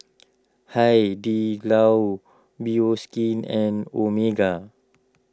Hai Di Lao Bioskin and Omega